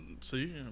See